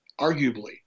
arguably